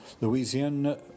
Louisiana